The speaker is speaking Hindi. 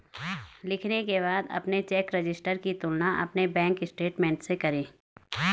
लिखने के बाद अपने चेक रजिस्टर की तुलना अपने बैंक स्टेटमेंट से करें